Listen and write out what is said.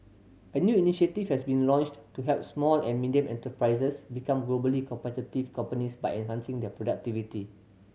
a new initiative has been launched to help small and medium enterprises become globally competitive companies by enhancing their productivity